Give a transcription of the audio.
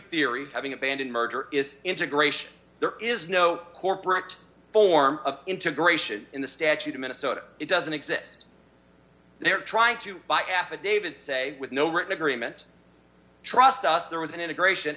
theory having abandoned merger is integration there is no corporate form of integration in the statute in minnesota it doesn't exist they're trying to buy affidavits say with no written agreement trust us there was an integration